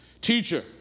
Teacher